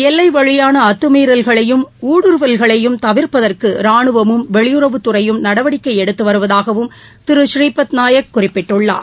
எல்லை வழியான அத்துமீறல்களையும் ஊடுறுவல்களையும் தவிர்ப்பதற்கு ராணுவமும் வெளியுறவுத்துறையும் நடவடிக்கை எடுத்து வருவதாகவும் திரு ஸ்ரீபத் நாயக் குறிப்பிட்டுள்ளார்